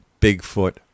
Bigfoot